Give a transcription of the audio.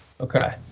Okay